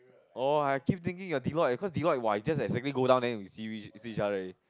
oh I keep thinking you are Deliotte cause Deliotte !wah! you just exactly go down then we see which each other already